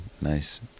nice